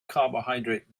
carbohydrate